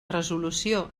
resolució